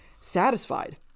satisfied